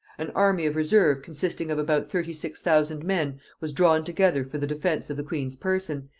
an army of reserve consisting of about thirty-six thousand men was drawn together for the defence of the queen's person,